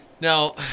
Now